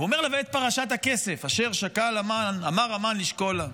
והוא אומר לה "ואת פרשת הכסף אשר אמר המן לשקול".